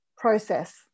Process